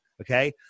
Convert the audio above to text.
okay